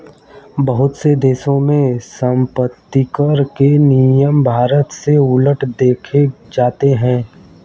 बहुत से देशों में सम्पत्तिकर के नियम भारत से उलट देखे जाते हैं